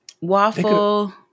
waffle